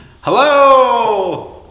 Hello